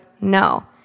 no